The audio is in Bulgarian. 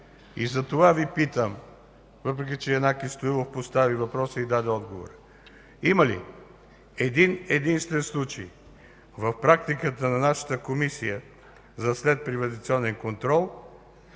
Затова Ви питам, въпреки че Янаки Стоилов постави въпроса и даде отговора: има ли един-единствен случай в практиката на нашата Комисия за следприватизационен контрол,